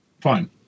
Fine